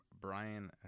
Brian